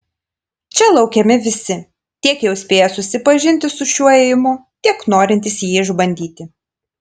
čia laukiami visi tiek jau spėję susipažinti su šiuo ėjimu tiek norintys jį išbandyti